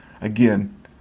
Again